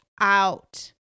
out